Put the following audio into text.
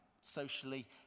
socially